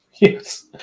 Yes